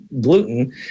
gluten